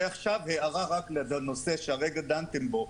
הערה לנושא שהרגע דנתם בו,